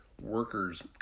workers